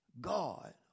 God